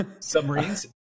submarines